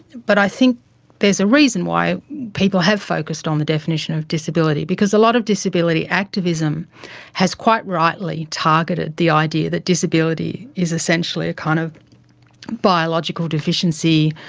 but i think there's a reason why people have focused on the definition of disability, because a lot of disability activism has quite rightly targeted the idea that disability is essentially a kind of biological deficiency,